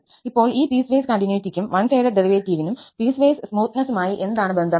ഇപ്പോൾ ഈ പീസ്വൈസ് കണ്ടിന്യൂറ്റിക്കും വൺ സൈഡഡ് ഡെറിവേറ്റീവിനും പീസ്വൈസ് സ്മൂത്തനെസ്സുമായി എന്താണ് ബന്ധം